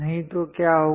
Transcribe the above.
नहीं तो क्या होगा